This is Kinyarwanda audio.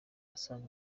asaga